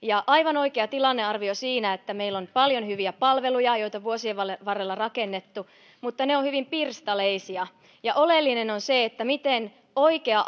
aivan oikea tilannearvio siinä että meillä on paljon hyviä palveluja joita on vuosien varrella rakennettu mutta ne ovat hyvin pirstaleisia ja oleellinen on se miten oikea